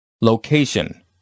Location